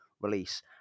release